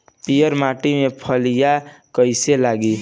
पीयर माटी में फलियां कइसे लागी?